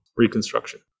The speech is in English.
reconstruction